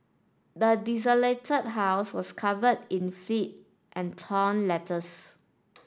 the desolated house was covered in filth and torn letters